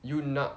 you nak